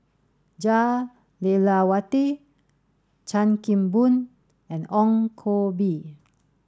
Jah Lelawati Chan Kim Boon and Ong Koh Bee